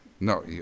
No